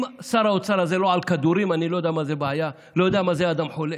אם שר האוצר הזה לא על כדורים אני לא יודע מה זה אדם חולה.